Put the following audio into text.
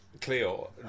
Cleo